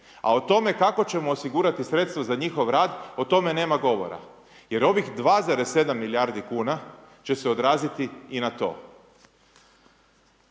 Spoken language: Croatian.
A o tome kako ćemo osigurati sredstva za njihov rad, o tome nema govora. Jer ovih 2,7 milijardi kuna će se odraziti i na to.